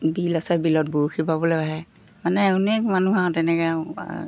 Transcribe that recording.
বিল আছে বিলত বৰশী বাবলৈও আহে মানে অনেক মানুহ আৰু তেনেকৈ আৰু আহে